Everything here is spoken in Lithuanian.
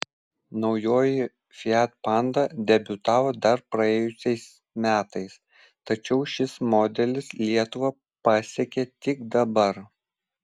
naujoji fiat panda debiutavo dar praėjusiais metais tačiau šis modelis lietuvą pasiekė tik dabar